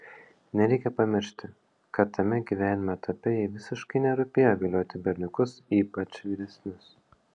nereikia pamiršti kad tame gyvenimo etape jai visiškai nerūpėjo vilioti berniukus ypač vyresnius